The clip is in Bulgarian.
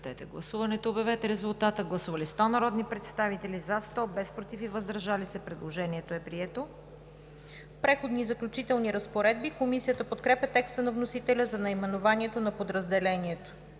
„Преходни и заключителни разпоредби“. Комисията подкрепя текста на вносителя за наименованието на подразделението.